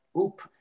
oop